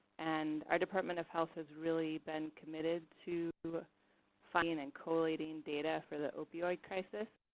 and our department of health has really been committed to finding and collating data for the opioid crisis.